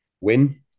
win